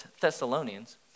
Thessalonians